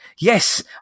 yes